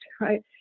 right